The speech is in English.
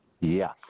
Yes